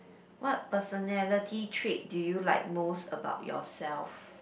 what personality trait do you like most about yourself